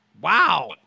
Wow